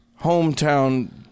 hometown